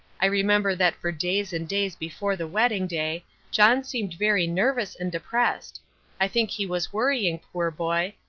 i remember that for days and days before the wedding day john seemed very nervous and depressed i think he was worrying, poor boy,